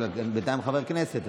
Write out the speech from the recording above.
אבל בינתיים הוא חבר כנסת.